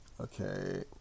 okay